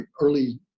early